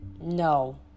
no